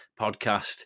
podcast